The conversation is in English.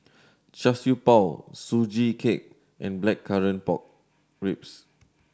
Char Siew Bao Sugee Cake and Blackcurrant Pork Ribs